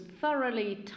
thoroughly